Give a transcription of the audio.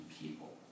people